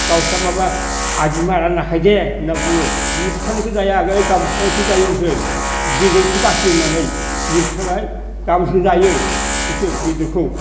गावस्रा माबा आजि मारा नाखायदे होनना बुङो दिनै बुथारनायखौ जाया गाबोन बुथारनायखौ जायो बिसोरो बेदरखौ बासि दोननानै दिनै बुथारबाय गाबोनसो जायो बिसोर बेदरखौ